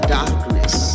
darkness